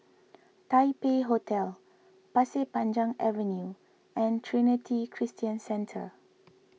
Taipei Hotel Pasir Panjang Avenue and Trinity Christian Centre